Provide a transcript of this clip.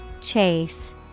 chase